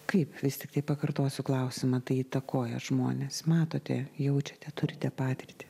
kaip vis tiktai pakartosiu klausimą tai įtakoja žmones matote jaučiate turite patirtį